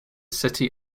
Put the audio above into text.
city